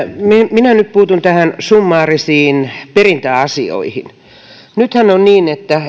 minä nyt puutun näihin summaarisiin perintäasioihin nythän on niin että